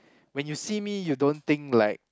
when you see me you don't think like